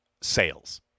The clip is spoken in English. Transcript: sales